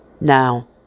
Now